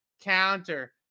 counter